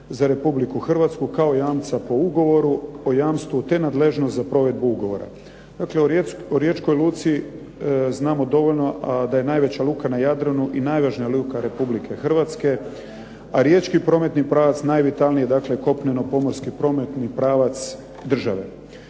za Republiku Hrvatsku kao jamca po ugovoru o jamstvu te nadležnost za provedbu ugovora. Dakle, o Riječkoj luci znamo dovoljno a da je najveća luka na Jadranu i najvažnija luka Republike Hrvatske a Riječki prometni pravac najvitalniji dakle kopneno-pomorski prometni pravac države.